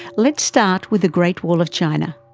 let's start with the great wall of china.